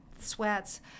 sweats